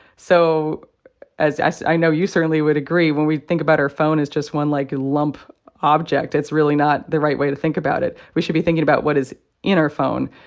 so as as i know you certainly would agree, when we think about her phone as just one, like, lump object, it's really not the right way to think about it. we should be thinking about what is in our phone.